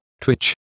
twitch